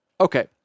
Okay